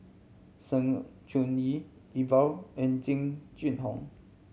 Sng Choon Yee Iqbal and Jing Jun Hong